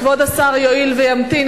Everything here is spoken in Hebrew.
כבוד השר יואיל וימתין,